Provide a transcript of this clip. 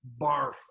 barf